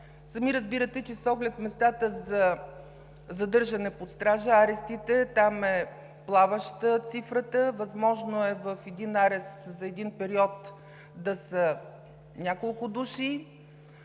Сами разбирате, че с оглед на местата за задържане под стража – арестите, там цифрата е плаваща. Възможно е в един арест за даден период да са няколко души,